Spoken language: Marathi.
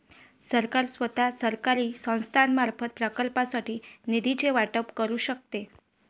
सरकार स्वतः, सरकारी संस्थांमार्फत, प्रकल्पांसाठी निधीचे वाटप करू शकते